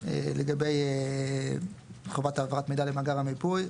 לגבי חובת העברת מידע למאגר המיפוי.